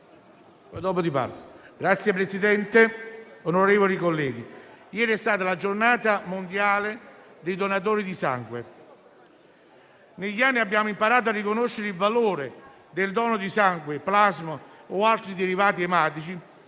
colleghi, ieri è stata la giornata mondiale dei donatori di sangue. Negli anni abbiamo imparato a riconoscere il valore del dono di sangue, plasma o altri derivati ematici